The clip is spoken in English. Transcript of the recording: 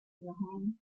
home